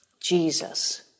Jesus